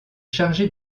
chargée